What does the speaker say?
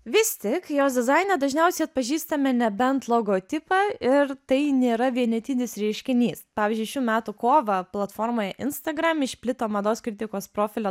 vis tik jos dizaine dažniausiai atpažįstame nebent logotipą ir tai nėra vienetinis reiškinys pavyzdžiui šių metų kovą platformoje instagram išplito mados kritikos profilio